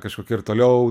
kažkokį ir toliau